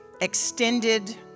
extended